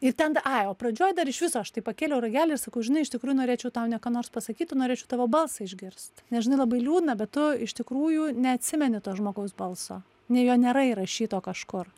ir ten ta ai o pradžioj dar iš viso aš tai pakėliau ragelį ir sako žinai iš tikrųjų norėčiau tau ne ką nors pasakyti o norėčiau tavo balsą išgirst nežinai labai liūdna bet tu iš tikrųjų neatsimeni to žmogaus balso nei jo nėra įrašyto kažkur